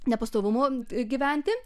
nepastovumu gyventi